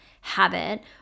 habit